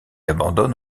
abandonne